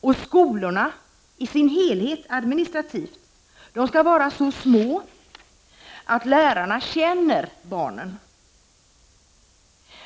Och skolorna i sin helhet skall administrativt vara så små att lärarna känner barnen,